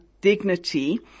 dignity